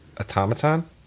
automaton